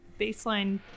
Baseline